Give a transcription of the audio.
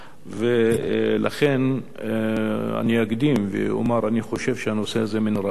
לכן אני אקדים ואומר שאני חושב שמן הראוי שהנושא הזה,